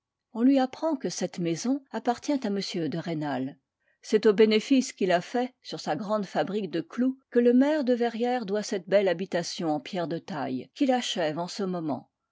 on lui apprend que cette maison appartient à m de rênal c'est aux bénéfices qu'il a faits sur sa grande fabrique de clous que le maire de verrières doit cette belle habitation en pierre de taille qu'il achève en ce moment